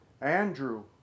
Andrew